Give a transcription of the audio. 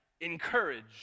encourage